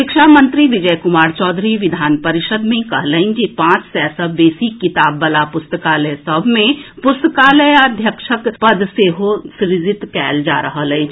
शिक्षा मंत्री विजय कुमार चौधरी विधान परिषद मे कहलनि जे पांच सय सँ बेसी किताब बला पुस्तकालय सभ मे पुस्तकालयाध्यक्षक पद सेहो सृजित कयल जा रहल अछि